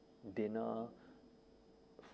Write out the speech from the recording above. dinner